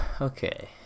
Okay